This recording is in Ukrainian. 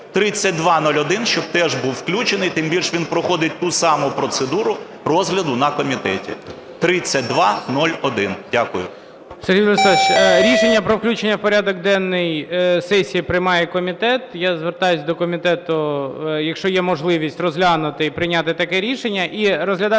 3201 щоб теж був включений, тим більше, він проходить ту саму процедуру розгляду на комітеті. 3201. Дякую. ГОЛОВУЮЧИЙ. Сергій Владиславович, рішення про включення в порядок денний сесії приймає комітет. Я звертаюсь до комітету, якщо є можливість, розглянути і прийняти таке рішення.